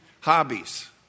Hobbies